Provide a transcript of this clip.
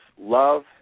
love